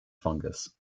fungus